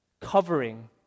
covering